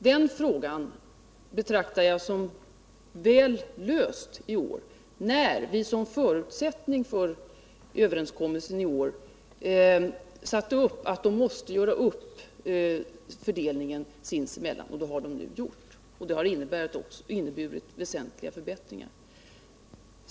Den frågan betraktar jag som löst i år, då vi som förutsättning för överenskommelsen i år satte upp att de båda bankgrupperna måste göra upp fördelningen sinsemellan. Det har de nu gjort, och det har inneburit väsentliga förbättringar.